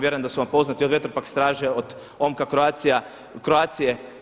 Vjerujem da su vam poznati, od Vetropack Straža, od OMCO Croatie.